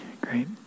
great